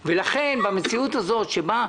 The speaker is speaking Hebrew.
לכן יש עמותות רבות שהגיעו לכאן ואושרו,